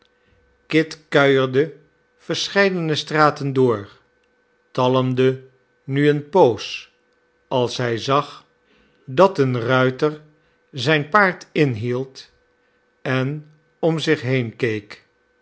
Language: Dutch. kit kuierde verscheidene straten door talmde nu eene poos als hij zag dat een ruiter zijn paard inhield en om zich heen keek